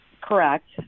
Correct